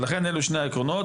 לכן אלו שני העקרונות.